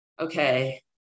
okay